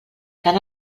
tant